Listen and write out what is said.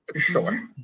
Sure